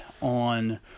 on